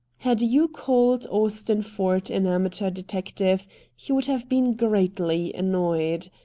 had you called austin ford an amateur detective he would have been greatly annoyed.